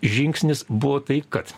žingsnis buvo tai kad